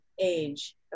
age